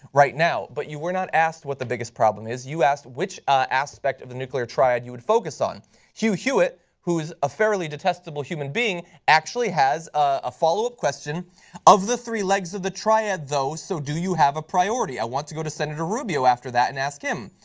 right now but you were not asked what the biggest problem is. you were asked which aspect of the nuclear triad you would focus on hugh hewitt who is a fairly detestable human being actually has a follow-up question of the three legs of the triad, though, so do you have a priority? i want to go to senator rubio after that and ask him.